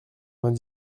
vingt